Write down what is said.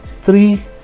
three